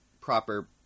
proper